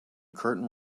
curtain